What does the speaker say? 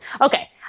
Okay